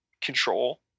control